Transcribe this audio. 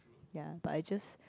ya but I just